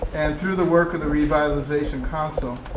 and through the work of the revitalization council,